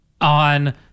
on